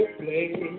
play